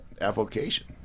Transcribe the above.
avocation